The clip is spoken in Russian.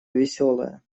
веселая